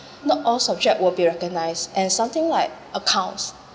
not all subject will be recognised and something like accounts